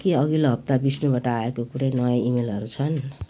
के अघिल्लो हप्ता विष्णुबाट आएको कुनै नयाँ इमेलहरू छन्